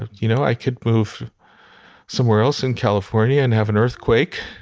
you know i could move somewhere else in california and have an earthquake.